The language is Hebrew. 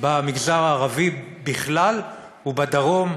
במגזר הערבי בכלל, ובדרום,